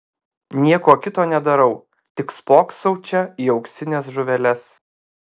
nieko kito nedarau tik spoksau čia į auksines žuveles